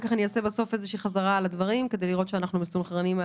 בסוף אני אעשה איזושהי חזרה על הדברים כדי לראות שאנחנו מסונכרנים.